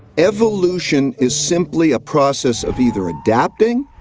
evolution is simply a process of either adapting,